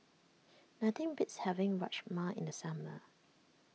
nothing beats having Rajma in the summer